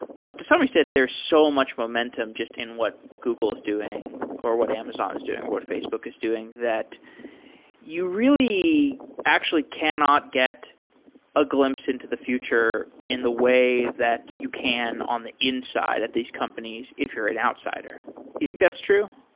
but to some extent, there so much momentum just in what google is doing or what amazon is doing or what facebook is doing that you really actually cannot get a glimpse into the future in the way that you can on the inside at these companies if you're an outsider. do you think that's true?